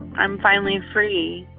i'm finally free.